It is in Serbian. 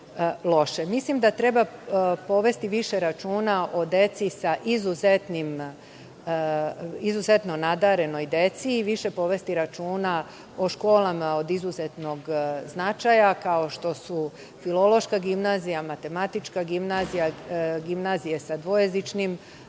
loše. Mislim da treba povesti više računa o izuzetno nadarenoj deci i više povesti računa o školama od izuzetnog značaja, kao što su Filološka gimnazija, Matematička gimnazija, gimnazija sa dvojezičnim